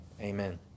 Amen